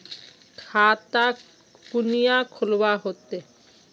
खाता कुनियाँ खोलवा होते?